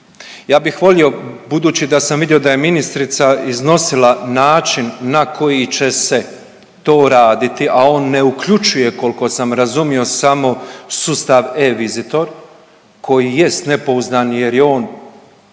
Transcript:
Ja bih volio budući da sam vidio da je ministrica iznosila način na koji će se to raditi, a on ne uključuje koliko sam razumio samo sustav e-visitor, koji jest najpouzdaniji jer je on